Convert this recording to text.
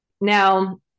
now